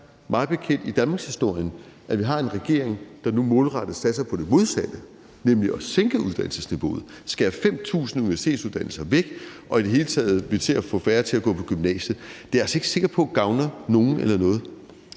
første gang i danmarkshistorien, at vi har en regering, der nu målrettet satser på det modsatte, nemlig at sænke uddannelsesniveauet, skære 5.000 studieårsværk væk og i det hele taget vil til at få færre til at gå på gymnasiet. Det er jeg altså ikke sikker på gavner nogen eller noget.